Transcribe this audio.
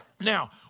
Now